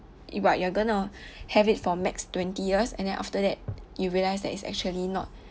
but you're going to have it for max twenty years and then after that you realise that it's actually not